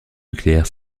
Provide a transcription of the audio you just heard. nucléaire